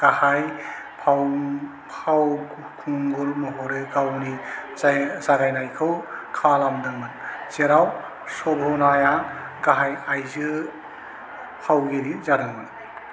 गाहाय फाव फावखुंगुर महरै गावनि जागायनायखौ खालामदोंमोन जेराव शभनाया गाहाय आइजो फावगिरि जादोंमोन